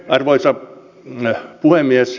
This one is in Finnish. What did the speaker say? arvoisa puhemies